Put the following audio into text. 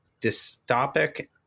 dystopic